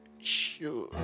Sure